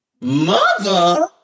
Mother